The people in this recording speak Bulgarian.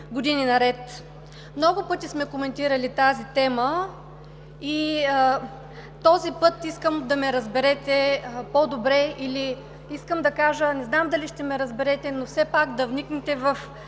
години наред. Много пъти сме коментирали тази тема и този път искам да ме разберете по-добре. Не знам дали ще ме разберете, но все пак да вникнете в